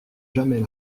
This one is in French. jamais